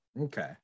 Okay